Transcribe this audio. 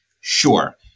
Sure